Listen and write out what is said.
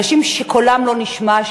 אנשים שקולם לא נשמע,